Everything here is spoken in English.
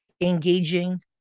engaging